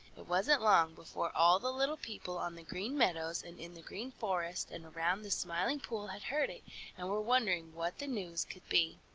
it wasn't long before all the little people on the green meadows and in the green forest and around the smiling pool had heard it and were wondering what the news could be.